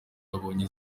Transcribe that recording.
yabonye